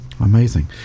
Amazing